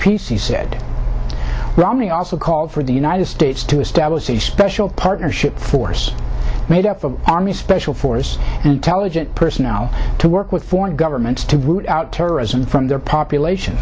he said romney also called for the united states to establish the special partnership force made up of army special forces and intelligence personnel to work with foreign governments to root out terrorism from their population